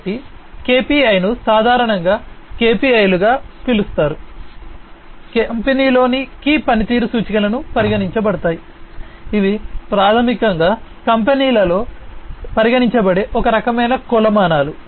కాబట్టి KPI ను సాధారణంగా KPI లు అని పిలుస్తారు కంపెనీలలో కీ పని తీరు సూచికలు పరిగణించబడతాయి ఇవి ప్రాథమికంగా కంపెనీలో పరిగణించబడే ఒక రకమైన కొలమానాలు